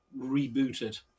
rebooted